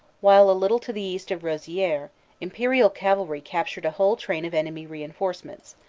while a little to the east of rosieres imperial cavalry captured a whole train of enemy reinforcements,